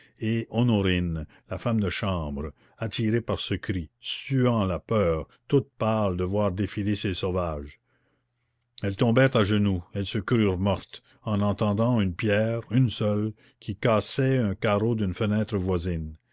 et honorine la femme de chambre attirées par ce cri suant la peur toutes pâles de voir défiler ces sauvages elles tombèrent à genoux elles se crurent mortes en entendant une pierre une seule qui cassait un carreau d'une fenêtre voisine